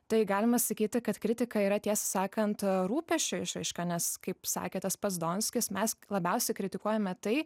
tai galima sakyti kad kritika yra tiesą sakant rūpesčio išraiška nes kaip sakė tas pats donskis mes labiausiai kritikuojame tai